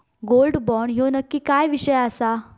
Gold bond ह्यो नक्की विषय काय आसा?